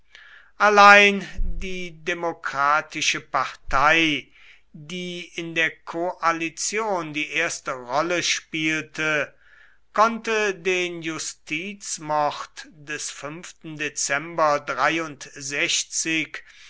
allein die demokratische partei die in der koalition die erste rolle spielte konnte den justizmord des